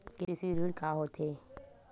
KCC ऋण का होथे?